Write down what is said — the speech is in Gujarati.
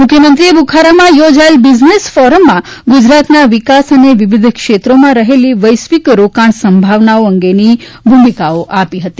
મુખ્યમંત્રી બુખારામાં યોજાયેલ બિઝનેશ ફોરમમાં ગુજરાતના વિકાસ અને વિવિધ ક્ષેત્રોમાં રહેલી વૈશ્વિક રોકાણ સંભાવનાઓ અંગેની ભૂમિકા આપી હતી